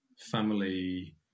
family